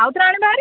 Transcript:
ଆଉଥରେ ଆଣିବା ହାରି